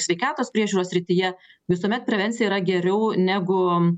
sveikatos priežiūros srityje visuomet prevencija yra geriau negu